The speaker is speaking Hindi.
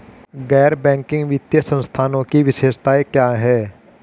गैर बैंकिंग वित्तीय संस्थानों की विशेषताएं क्या हैं?